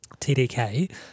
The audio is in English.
TDK